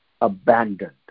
abandoned